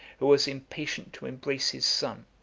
who was impatient to embrace his son,